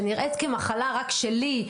שנראית רק כמחלה שלי,